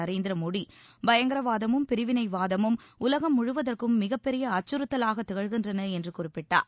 நரேந்திர மோடி பயங்கரவாதமும் பிரிவினைவாதமும் உலகம் முழுவதற்கும் மிகப் பெரிய அச்சுறுத்தலாக திகழ்கின்றன என்று குறிப்பிட்டார்